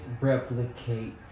replicate